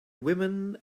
women